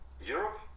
Europe